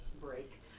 break